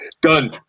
Done